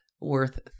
worth